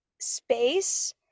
space